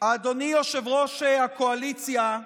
יושב-ראש הקואליציה,